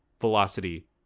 velocity